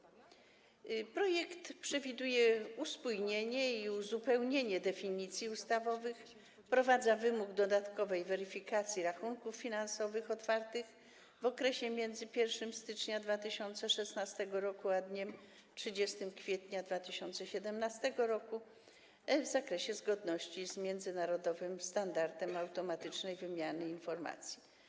Projekt przewiduje uspójnienie i uzupełnienie definicji ustawowych oraz wprowadza wymóg dodatkowej weryfikacji rachunków finansowych otwartych w okresie między 1 stycznia 2016 r. a 30 kwietnia 2017 r. w zakresie zgodności z międzynarodowym standardem automatycznej wymiany informacji.